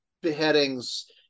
beheadings